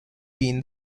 been